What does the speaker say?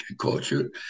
culture